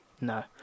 No